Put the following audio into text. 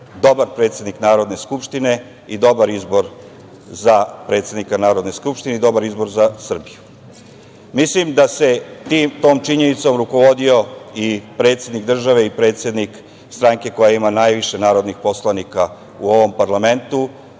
dobar predsednik Narodne skupštine i dobar izbor za predsednika Narodne skupštine i dobar za Srbiju. Mislim da se tom činjenicom rukovodio i predsednik države i predsednik stranke koja ima najviše narodnih poslanika u ovom parlamentu